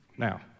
Now